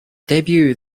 debut